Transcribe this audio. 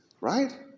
Right